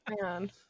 man